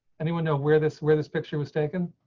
anyone know where this where this picture was taken.